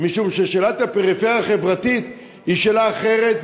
משום ששאלת הפריפריה החברתית היא שאלה אחרת,